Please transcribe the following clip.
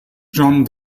jon